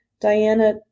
Diana